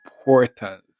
importance